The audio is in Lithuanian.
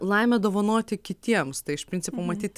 laimę dovanoti kitiems tai iš principo matyt